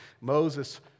Moses